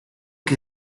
que